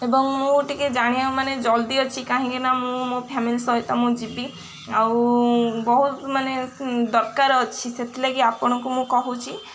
ଏବଂ ମୁଁ ଟିକେ ଜାଣିବାକୁ ମାନେ ଜଲ୍ଦି ଅଛି କାହିଁକି ନା ମୁଁ ମୋ ଫ୍ୟାମିଲି ସହିତ ମୁଁ ଯିବି ଆଉ ବହୁତ ମାନେ ଦରକାର ଅଛି ସେଥିଲାଗି ଆପଣଙ୍କୁ ମୁଁ କହୁଛି